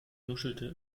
nuschelte